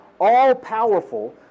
all-powerful